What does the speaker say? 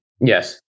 Yes